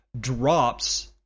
drops